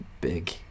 big